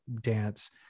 dance